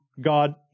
God